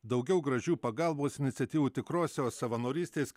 daugiau gražių pagalbos iniciatyvų tikrosios savanorystės